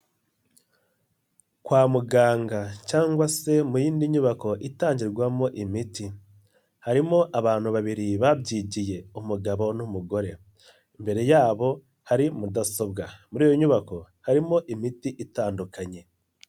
Kwa muganga cyangwa se mu yindi nyubako itangirwamo imiti, harimo abantu babiri babyigiye, umugabo n'umugore. Imbere yabo hari mudasobwa, muri iyo nyubako harimo imiti itandukanye.